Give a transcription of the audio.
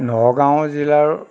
নগাঁও জিলাৰ